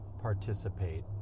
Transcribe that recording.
participate